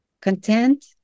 content